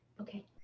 Okay